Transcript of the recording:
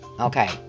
okay